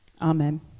Amen